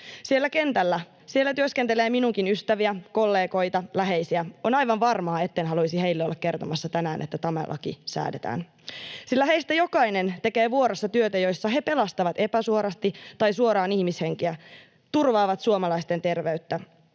Siellä kentällä työskentelee minunkin ystäviäni, kollegoitani, läheisiäni. On aivan varmaa, etten haluaisi heille olla kertomassa tänään, että tämä laki säädetään, sillä heistä jokainen tekee vuoroissa työtä, joissa he pelastavat epäsuorasti tai suoraan ihmishenkiä, turvaavat suomalaisten terveyttä.